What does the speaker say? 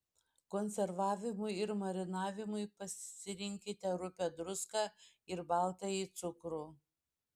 konservavimui ir marinavimui pasirinkite rupią druską ir baltąjį cukrų